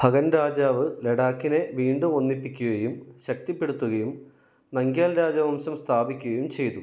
ഭഗൻ രാജാവ് ലഡാക്കിനെ വീണ്ടും ഒന്നിപ്പിക്കുകയും ശക്തിപ്പെടുത്തുകയും നംഗ്യാൽ രാജവംശം സ്ഥാപിക്കുകയും ചെയ്തു